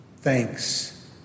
Thanks